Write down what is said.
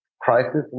crisis